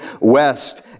west